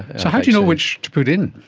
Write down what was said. so how do you know which to put in?